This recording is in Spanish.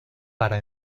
para